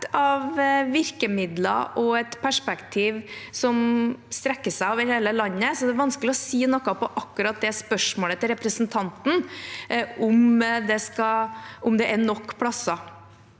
av virkemidler og et perspektiv som strekker seg over hele landet. Det er altså vanskelig å si noe til akkurat det spørsmålet fra representanten: om det er nok plasser.